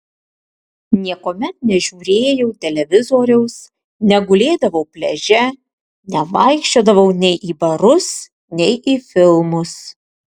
niekuomet nežiūrėjau televizoriaus negulėdavau pliaže nevaikščiodavau nei į barus nei į filmus